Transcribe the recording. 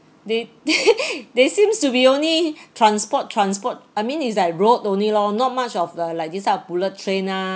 they they seems to be only transport transport I mean is like road only lor not much of the like this type of bullet train ah